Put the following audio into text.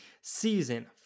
Season